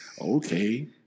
Okay